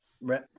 Right